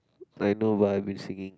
I know but I have been singing